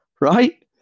right